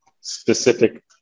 specific